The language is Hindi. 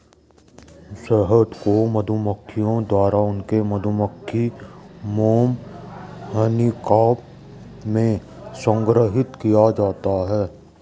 शहद को मधुमक्खियों द्वारा उनके मधुमक्खी मोम हनीकॉम्ब में संग्रहीत किया जाता है